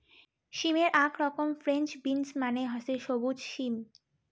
সিমের আক রকম ফ্রেঞ্চ বিন্স মানে হসে সবুজ সিম